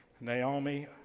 Naomi